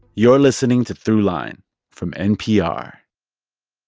you're listening to throughline from npr